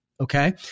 Okay